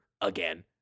again